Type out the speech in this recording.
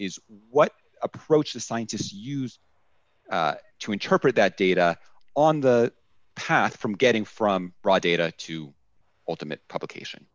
is what approach the scientists use to interpret that data on the path from getting from raw data to ultimate publication